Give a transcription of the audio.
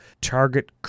target